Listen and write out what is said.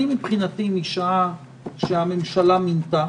מבחינתי, משעה שהממשלה מינתה,